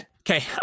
Okay